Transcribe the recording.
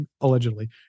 Allegedly